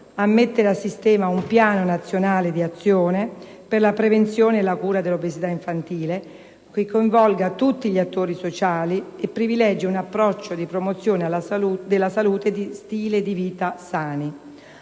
a mettere a sistema un piano nazionale di azione per la prevenzione e la cura dell'obesità infantile che coinvolga l'insieme degli attori sociali e che privilegi un approccio di promozione della salute e di stili di vita sani